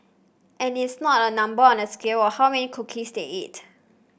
and it's not a number on a scale or how many cookies they eat